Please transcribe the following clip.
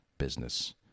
business